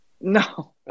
No